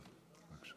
בבקשה.